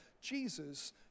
jesus